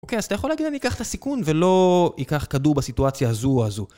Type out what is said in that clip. אוקיי, אז אתה יכול להגיד, אני אקח את הסיכון ולא אקח כדור בסיטואציה הזו או הזו.